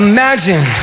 Imagine